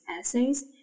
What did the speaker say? essays